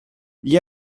gli